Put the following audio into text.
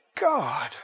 God